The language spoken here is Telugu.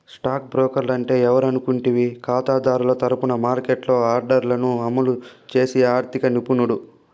స్టాక్ బ్రోకర్ అంటే ఎవరనుకుంటివి కాతాదారుల తరపున మార్కెట్లో ఆర్డర్లను అమలు చేసి ఆర్థిక నిపుణుడు